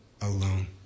alone